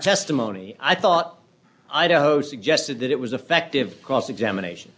testimony i thought i dos suggested that it was affective cross examination